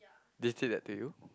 they said that to you